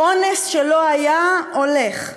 אונס שלא היה, הולך.